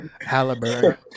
Halliburton